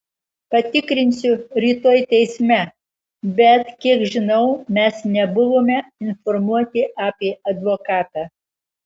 patikrinsiu rytoj teisme bet kiek žinau mes nebuvome informuoti apie advokatą